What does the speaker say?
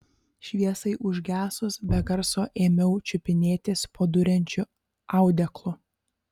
šviesai užgesus be garso ėmiau čiupinėtis po duriančiu audeklu